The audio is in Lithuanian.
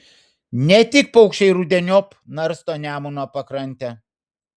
ne tik paukščiai rudeniop narsto nemuno pakrantę